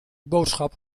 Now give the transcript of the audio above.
boodschap